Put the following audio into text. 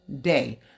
day